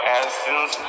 essence